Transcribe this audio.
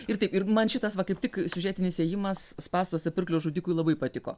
ir taip ir man šitas va kaip tik siužetinis ėjimas spąstuose pirklio žudikui labai patiko